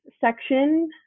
section